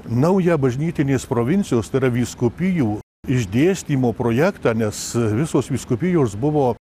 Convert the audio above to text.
naują bažnytinės provincijos vyskupijų išdėstymo projektą nes visos vyskupijos buvo